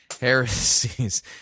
heresies